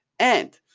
and